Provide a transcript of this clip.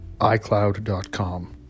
iCloud.com